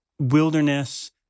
wilderness